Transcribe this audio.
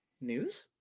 News